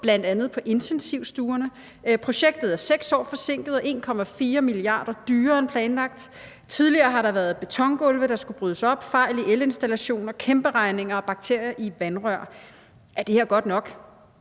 bl.a. på intensivstuerne, projektet er 6 år forsinket og 1,4 mia. kr. dyrere end planlagt. Tidligere har der været betongulve, der skulle brydes op, fejl i elinstallationer, kæmperegninger og bakterier i vandrør. Er det her godt nok?